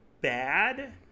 bad